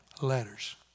letters